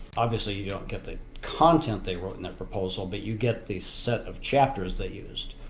obviously you don't get the content they wrote in their proposal but you get the set of chapters they used.